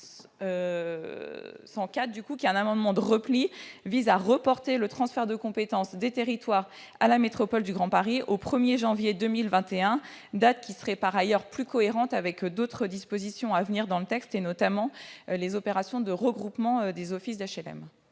n° 104 rectifié, de repli, tend à reporter le transfert de compétence des territoires à la Métropole du Grand Paris au 1 janvier 2021, date par ailleurs plus cohérente avec d'autres dispositions à venir, notamment les opérations de regroupement des offices d'HLM.